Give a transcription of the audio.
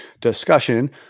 discussion